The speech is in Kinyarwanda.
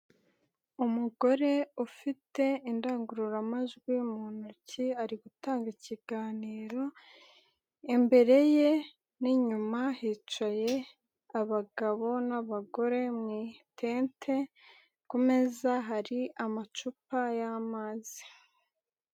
Umugore ufite indangururamajwi mu ntoki ari gutanga ikiganiro imbere ye n'inyuma hicaye abagabo n'abagore mu itente ku meza hari amacupa y'amazi.